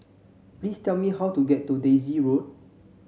please tell me how to get to Daisy Road